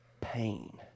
pain